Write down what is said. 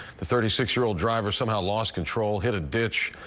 the thirty six year old driver somehow lost control, hit a ditch,